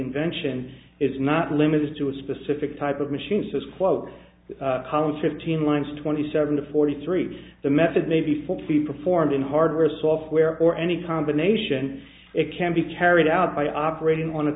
invention is not limited to a specific type of machine says quote hans fifteen lines twenty seven to forty three the method may be faulty performed in hardware or software or any combination it can be carried out by operating on a